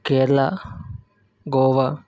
Kerala Goa